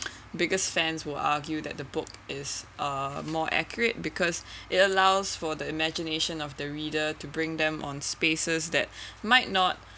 biggest fans will argue that the book is uh more accurate because it allows for the imagination of the reader to bring them on spaces that might not